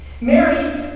Mary